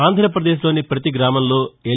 ఆంధ్రాపదేశ్ లోని పతి గ్రామంలో ఎల్